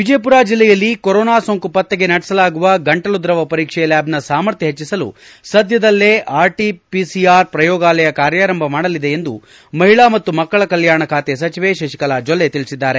ವಿಜಯಪುರ ಜಿಲ್ಲೆಯಲ್ಲಿ ಕೊರೊನಾ ಸೋಂಕು ಪತ್ತೆಗೆ ನಡೆಸಲಾಗುವ ಗಂಟಲು ದ್ರವ ಪರೀಕ್ಷೆ ಲ್ಯಾಬ್ನ ಸಾಮರ್ಥ್ಯ ಹೆಟ್ಟಿಸಲು ಸದ್ದದಲ್ಲೇ ಆರ್ಟಿಪಿಸಿಆರ್ ಪ್ರಯೋಗಾಲಯ ಕಾರ್ಯಾರಂಭ ಮಾಡಲಿದೆ ಎಂದು ಮಹಿಳಾ ಮತ್ತು ಮಕ್ಕಳ ಕಲ್ನಾಣ ಖಾತೆ ಸಚವೆ ಶತಿಕಲಾ ಜೊಲ್ಲೆ ತಿಳಿಸಿದ್ದಾರೆ